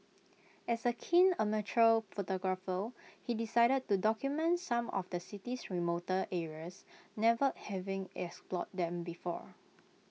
as A keen amateur photographer he decided to document some of the city's remoter areas never having explored them before